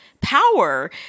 power